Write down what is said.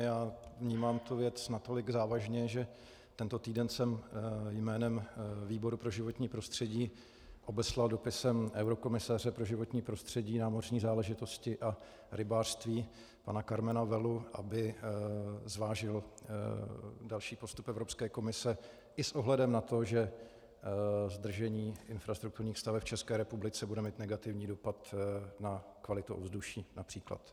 Já vnímám tuto věc natolik závažně, že tento týden jsem jménem výboru pro životní prostředí obeslal dopisem eurokomisaře pro životní prostředí, námořní záležitosti a rybářství pana Karmena Vellu, aby zvážil další postup Evropské komise i s ohledem na to, že zdržení infrastrukturních staveb v České republice bude mít negativní dopad na kvalitu ovzduší, například.